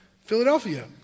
Philadelphia